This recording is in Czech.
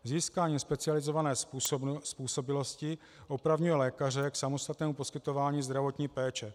Získání specializované způsobilosti opravňuje lékaře k samostatnému poskytování zdravotní péče.